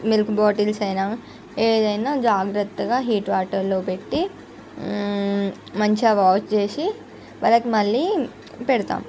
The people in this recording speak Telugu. మిల్క్ బాటిల్స్ అయినా ఏదైనా జాగ్రత్తగా హీట్ వాటర్లో పెట్టి మంచిగా వాష్ చేసి వాళ్ళకి మళ్ళీ పెడతాం